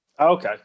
Okay